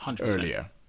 earlier